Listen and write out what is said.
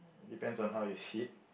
depends on how you see it